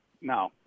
No